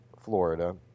Florida